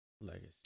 Legacy